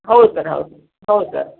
ಹೌದು ಸರ್ ಹೌದು ಹೌದು ಸರ್